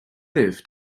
live